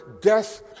death